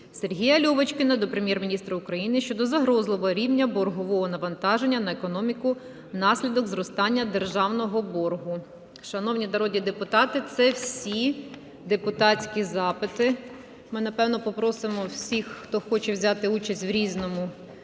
Сергія Льовочкіна до Прем'єр-міністра України щодо загрозливого рівня боргового навантаження на економіку внаслідок зростання державного боргу. Шановні народні депутати, це всі депутатські запити. Ми, напевно, попросимо всіх, хто хоче взяти участь в "Різному",